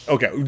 Okay